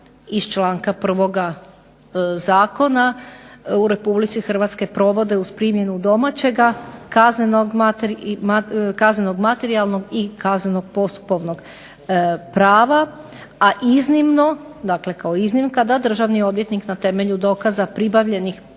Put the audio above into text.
iz članka 1. Zakona u Republici Hrvatskoj provode uz primjenu domaćega kaznenog, materijalnog i kaznenog postupovnog prava, a iznimno, kao iznimka da državni odvjetnik na temelju dokaza pribavljenih